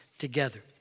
Together